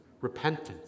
repentance